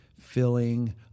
filling